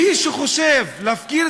אכלו